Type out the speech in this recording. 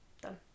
done